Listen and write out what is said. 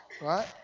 right